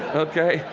ok?